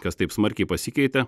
kas taip smarkiai pasikeitė